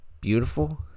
beautiful